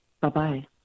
Bye-bye